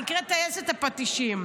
הנקראת טייסת הפטישים.